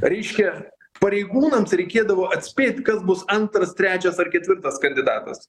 reiškia pareigūnams reikėdavo atspėt kas bus antras trečias ar ketvirtas kandidatas